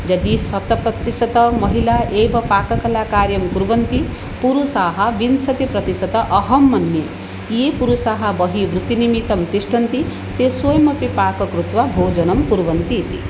यदि शतं प्रतिशतं महिलाः एव पाककलाकार्यं कुर्वन्ति पुरुषाः विंशति प्रतिशतम् अहं मन्ये ई पुरुषाः बहिः वृत्तिनिमितं तिष्ठन्ति ते स्वयमपि पाकं कृत्वा भोजनं कुर्वन्ति इति